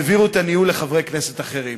והעבירו את הניהול לחברי כנסת אחרים.